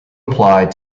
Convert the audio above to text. applied